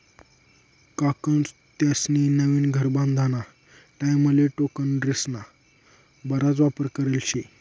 काकान त्यास्नी नवीन घर बांधाना टाईमले टोकरेस्ना बराच वापर करेल शे